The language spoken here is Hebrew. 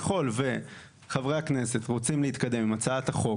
ככל שחברי הכנסת רוצים להתקדם עם הצעת החוק,